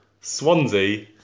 Swansea